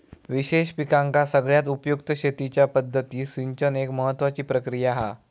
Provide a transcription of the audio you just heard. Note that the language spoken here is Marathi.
विशेष पिकांका सगळ्यात उपयुक्त शेतीच्या पद्धतीत सिंचन एक महत्त्वाची प्रक्रिया हा